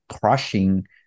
crushing